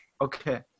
okay